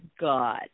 God